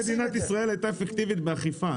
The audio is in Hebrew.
פעם מדינת ישראל הייתה אפקטיבית באכיפה.